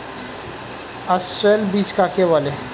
অসস্যল বীজ কাকে বলে?